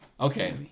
Okay